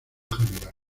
general